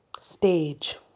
stage